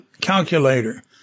calculator